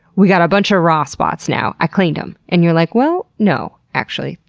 we got a bunch of raw spots now. i cleaned em. and you're like, well? no, actually.